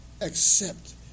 accept